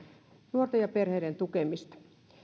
nuorten ja perheiden tukemista